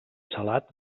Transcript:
salat